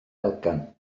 elgan